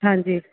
ਹਾਂਜੀ